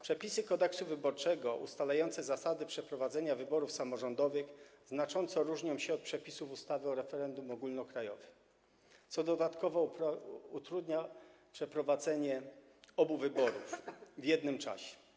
Przepisy Kodeksu wyborczego ustalające zasady przeprowadzenia wyborów samorządowych znacząco różnią się od przepisów ustawy o referendum ogólnokrajowym, co dodatkowo utrudnia przeprowadzenie obu wyborów w jednym czasie.